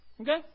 Okay